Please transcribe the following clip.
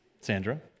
Sandra